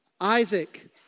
Isaac